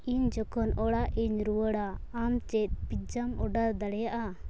ᱤᱧ ᱡᱚᱠᱷᱚᱱ ᱚᱲᱟᱜᱤᱧ ᱨᱩᱣᱟᱹᱲᱟ ᱟᱢ ᱪᱮᱫ ᱯᱤᱡᱽᱡᱟᱢ ᱚᱰᱟᱨ ᱫᱟᱲᱮᱭᱟᱜᱼᱟ